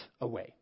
away